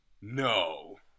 No